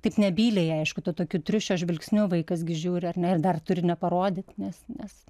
taip nebyliai aišku tuo tokiu triušio žvilgsniu vaikas gi žiūri ar ne ir dar turi neparodyt nes nes